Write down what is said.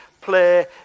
play